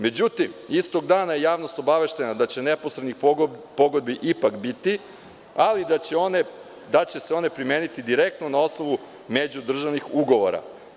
Međutim, istog dana je javnost obaveštena da će neposrednih pogodbi ipak biti, ali da će se one primeniti direktno na osnovu međudržavnih ugovora.